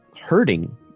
hurting